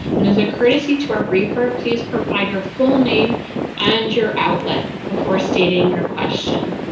and as a courtesy to our briefer, please provide your full name and your outlet before stating your question.